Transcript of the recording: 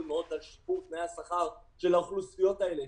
מאוד על שיפור תנאי השכר של האוכלוסיות האלה.